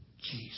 Jesus